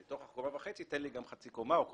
מתוך הקומה וחצי תן לי גם חצי קומה או קומה?